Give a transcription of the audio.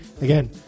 Again